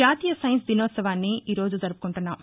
జాతీయ సైన్స్ దినోత్సవాన్ని ఈరోజు జరుపుకుంటున్నాం